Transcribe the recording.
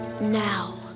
now